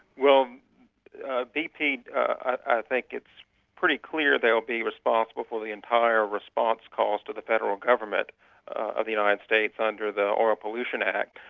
well bp, i think it's pretty clear they'll be responsible for the entire response calls to the federal government of the united states under the oil pollution act.